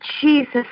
Jesus